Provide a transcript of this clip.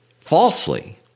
falsely